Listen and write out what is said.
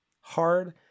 hard